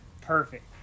Perfect